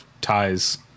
ties